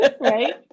Right